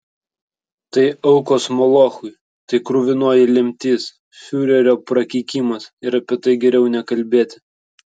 tai aukos molochui tai kruvinoji lemtis fiurerio prakeikimas ir apie tai geriau nekalbėti